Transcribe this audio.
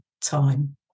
time